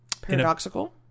paradoxical